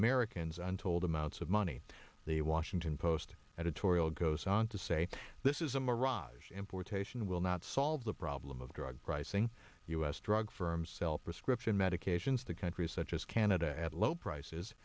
americans untold amounts of money the washington post editorial goes on to say this is a mirage importation will not solve the problem of drug pricing u s drug firms sell prescription medications to countries such as canada at low prices